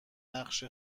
نقش